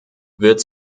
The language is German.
wird